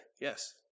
yes